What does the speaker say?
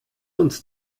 uns